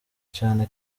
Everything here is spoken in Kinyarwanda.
cane